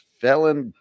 felon